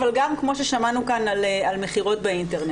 אבל גם כמו ששמענו כאן גם על מכירות באינטרנט.